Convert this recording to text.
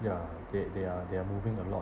ya they they are they are moving a lot